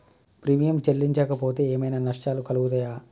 Premium చెల్లించకపోతే ఏమైనా నష్టాలు కలుగుతయా?